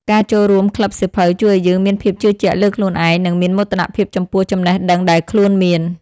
ការចូលរួមក្លឹបសៀវភៅជួយឱ្យយើងមានភាពជឿជាក់លើខ្លួនឯង និងមានមោទនភាពចំពោះចំណេះដឹងដែលខ្លួនមាន។